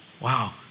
wow